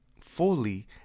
fully